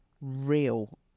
real